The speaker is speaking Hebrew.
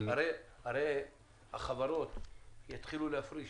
הרי החברות יתחילו להפריש